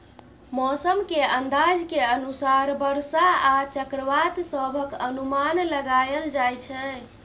मौसम के अंदाज के अनुसार बरसा आ चक्रवात सभक अनुमान लगाइल जाइ छै